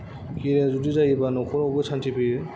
career जुदि जायोबा न'खरावबो शान्ति फैयो